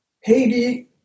Haiti